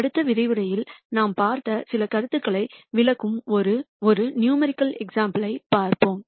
அடுத்த விரிவுரையில் நாம் பார்த்த சில கருத்துக்களை விளக்கும் ஒரு நியூமரிகள் உதாரணத்தைப் பார்ப்போம்